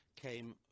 came